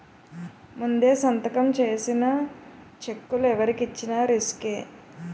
ముందే సంతకం చేసిన చెక్కులు ఎవరికి ఇచ్చిన రిసుకే